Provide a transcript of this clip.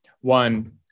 One